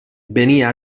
venia